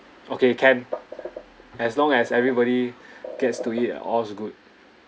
okay can as long as everybody gets to eat all's good